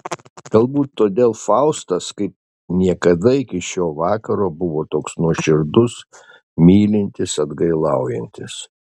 galbūt todėl faustas kaip niekada iki šio vakaro buvo toks nuoširdus mylintis atgailaujantis